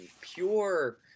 pure